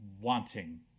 wanting